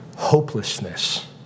Hopelessness